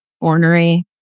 ornery